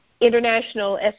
international